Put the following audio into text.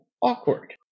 awkward